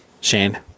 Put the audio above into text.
Shane